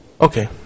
okay